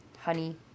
honey